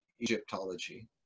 Egyptology